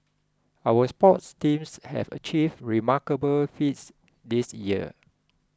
our sports teams have achieved remarkable feats this year